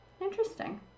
Interesting